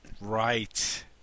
Right